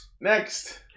Next